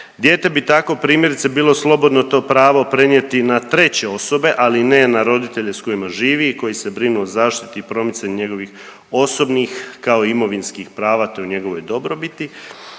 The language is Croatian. Dijete bi tako primjerice bilo slobodno to pravo prenijeti na treće osobe, ali ne na roditelje s kojima živi i koji se brinu o zaštiti i promicanju njegovih osobnih kao i imovinskih prava to je u njegovoj dobrobiti.